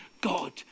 God